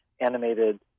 animated